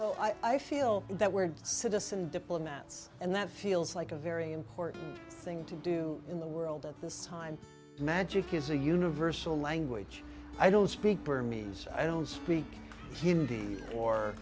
so i feel that weird citizen diplomats and that feels like a very important thing to do in the world at this time magic is a universal language i don't speak burmese i don't speak hindi or